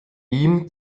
ihm